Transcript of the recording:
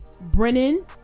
Brennan